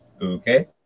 Okay